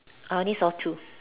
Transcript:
I only saw two